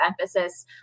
emphasis